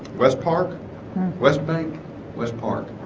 west park west bank west park